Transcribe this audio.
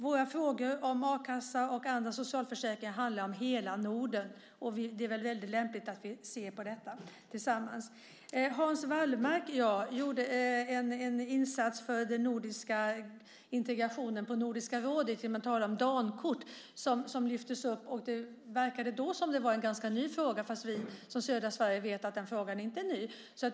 Våra frågor om a-kassa och andra socialförsäkringar handlar om hela Norden, och det är väl lämpligt att vi ser på detta tillsammans. Hans Wallmark gjorde en insats för den nordiska integrationen på Nordiska rådet genom att tala om Dankort, som lyftes upp. Det verkade då som om det var en ganska ny fråga, fast vi från södra Sverige vet att den inte är ny.